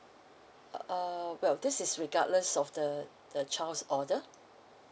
uh well this is regardless of the the child's order